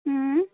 اۭں